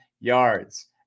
yards